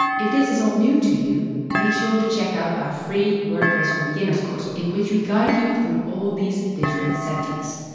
if this is all new to you, make sure to check out our free wordpress for beginners course, in which we guide you through all these different settings.